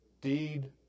Deed